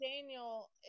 Daniel